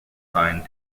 signed